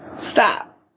Stop